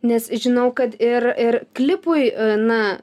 nes žinau kad ir ir klipui na